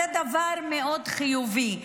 זה דבר מאוד חיובי.